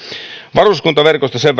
varuskuntaverkosta sen